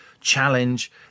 challenge